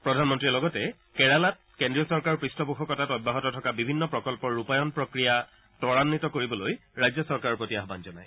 প্ৰধানমন্ত্ৰীয়ে লগতে কেৰালাত কেন্দ্ৰীয় চৰকাৰৰ পৃষ্ঠপোষকতাত অব্যাহত থকা বিভিন্ন প্ৰকল্পৰ ৰূপায়নৰ প্ৰক্ৰিয়া তৰান্বিত কৰিবলৈ ৰাজ্য চৰকাৰৰ প্ৰতি আহান জনায়